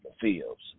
Fields